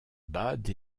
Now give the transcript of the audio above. bade